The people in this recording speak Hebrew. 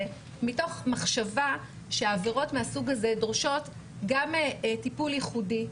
מתוך מחשבה שעבירות מהסוג הזה דורשות גם טיפול ייחודי,